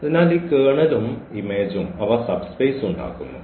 അതിനാൽ ഈ കേർണലും ഇമേജും അവ സബ്സ്പേസ് ഉണ്ടാക്കുന്നു